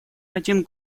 один